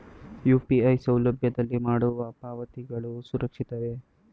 UPI ಸೌಲಭ್ಯದಲ್ಲಿ ಮಾಡುವ ಪಾವತಿಗಳು ಸುರಕ್ಷಿತವೇ?